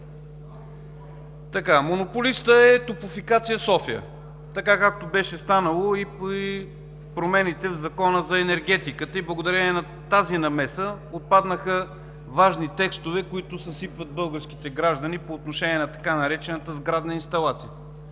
Монополистът е „Топлофикация“ – София, така както беше станало и в промените в Закона за енергетиката, и благодарение на тази намеса отпаднаха важни текстове, които съсипват българските граждани по отношение на така наречената „сградна инсталация“.